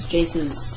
Jace's